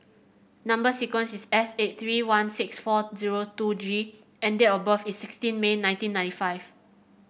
number sequence is S eight three one six four zero two G and date of birth is sixteen May nineteen ninety five